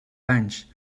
anys